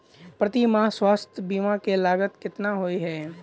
प्रति माह स्वास्थ्य बीमा केँ लागत केतना होइ है?